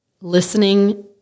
listening